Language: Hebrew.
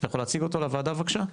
אתה יכול להציג אותו לוועדה, בבקשה?